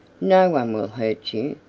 no one will hurt you.